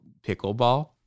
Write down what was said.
pickleball